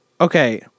Okay